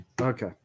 okay